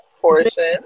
portion